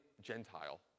Gentile